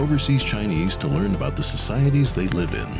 overseas chinese to learn about the societies they live i